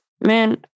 man